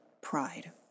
pride